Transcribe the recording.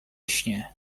śnie